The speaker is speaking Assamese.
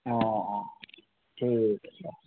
অঁ ঠিক আছে